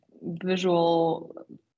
visual